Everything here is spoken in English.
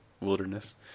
Wilderness